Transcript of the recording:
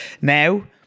Now